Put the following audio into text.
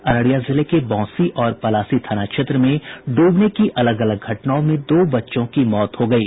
अररिया जिले के बौंसी और पलासी थाना क्षेत्र में ड्बने की अलग अलग घटनाओं में दो बच्चों की मौत हो गयी